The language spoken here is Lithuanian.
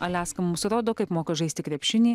aliaska mums rodo kaip moka žaisti krepšinį